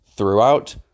throughout